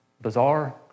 bizarre